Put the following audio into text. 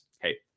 Hey